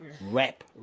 rap